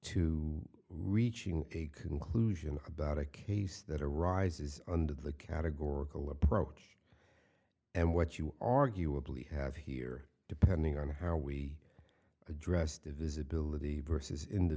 to reaching a conclusion about a case that arises under the categorical approach and what you arguably have here depending on how we address divisibility vs into